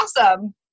awesome